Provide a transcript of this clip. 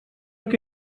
que